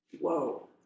Whoa